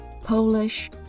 Polish